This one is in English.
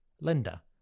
Linda